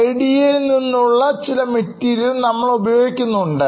IDEO നിന്നുള്ള ചില material നമ്മൾ ഉപയോഗിക്കുന്നുണ്ട്